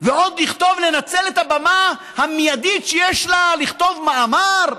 ועוד לנצל את הבמה המיידית שיש לה לכתוב מאמר?